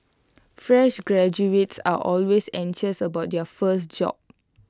fresh graduates are always anxious about their first job